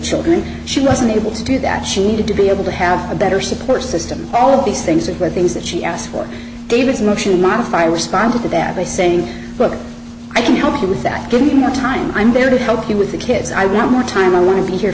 children she was unable to do that she needed to be able to have a better support system all of these things that were things that she asked for david's motion to modify responded to that by saying look i can help you with that given the time i'm there to help you with the kids i want more time i want to be here